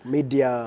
Media